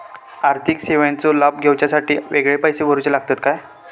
आर्थिक सेवेंचो लाभ घेवच्यासाठी वेगळे पैसे भरुचे लागतत काय?